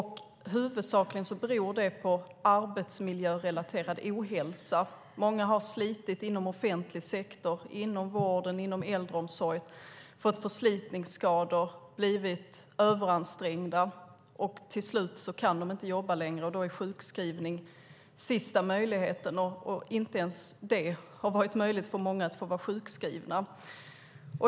Huvudsakligen handlar det om arbetsmiljörelaterad ohälsa. Många har slitit inom offentlig sektor, inom vården och inom äldreomsorgen. De har fått förslitningsskador och blivit överansträngda. Till slut kan de inte jobba längre. Då är sjukskrivning sista möjligheten. För många har det inte ens varit möjligt att vara sjukskriven.